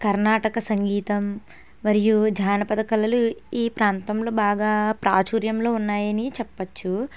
కర్ణాటక సంగీతం మరియు జానపద కళలు ఈ ప్రాంతంలో బాగా ప్రాచుర్యంలో ఉన్నాయని చెప్పచ్చు